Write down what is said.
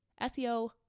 SEO